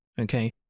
Okay